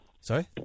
Sorry